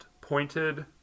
pointed